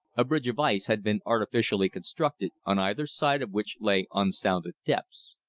a bridge of ice had been artificially constructed, on either side of which lay unsounded depths.